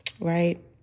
right